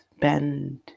bend